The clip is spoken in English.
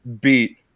beat